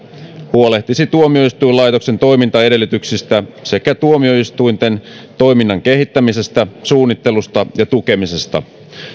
huolehtisi tuomioistuinlaitoksen toimintaedellytyksistä sekä tuomioistuinten toiminnan kehittämisestä suunnittelusta ja tukemisesta